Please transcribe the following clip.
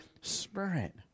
Spirit